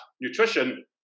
nutrition